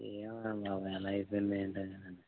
ఏమోనండి బాబోయ్ అలా అయిపోయింది ఏంటో